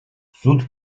суд